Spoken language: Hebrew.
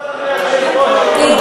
בסך הכול אומר, 75% מהזמן.